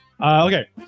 Okay